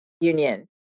union